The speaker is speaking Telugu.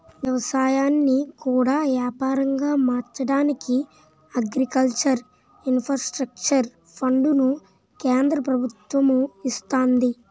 ఎవసాయాన్ని కూడా యాపారంగా మార్చడానికి అగ్రికల్చర్ ఇన్ఫ్రాస్ట్రక్చర్ ఫండును కేంద్ర ప్రభుత్వము ఇస్తంది